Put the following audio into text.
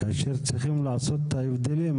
כאשר צריכים לעשות את ההבדלים,